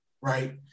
right